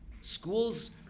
schools